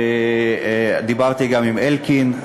ודיברתי גם עם אלקין,